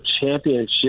championship